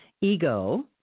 ego